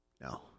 No